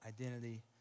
identity